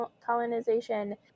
colonization